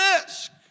risk